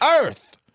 earth